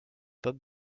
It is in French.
pop